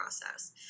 process